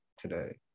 today